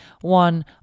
one